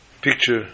picture